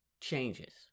changes